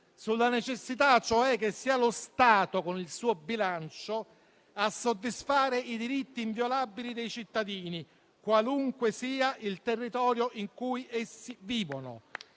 sulla necessità cioè che sia lo Stato con il suo bilancio a soddisfare i diritti inviolabili dei cittadini, qualunque sia il territorio in cui vivono.